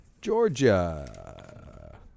Georgia